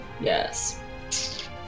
Yes